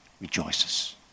rejoices